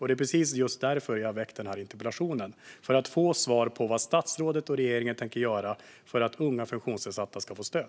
Det är precis därför som jag har ställt den här interpellationen. Jag vill få svar på vad statsrådet och regeringen tänker göra för att unga funktionsnedsatta ska få stöd.